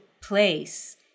place